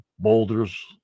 boulders